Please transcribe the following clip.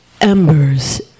Embers